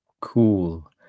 Cool